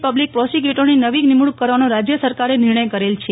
public પ્રોસીક્યુટરની નવી નિમણુંક કરવાનો રાજય સરકારે નિર્ણય કરેલ છે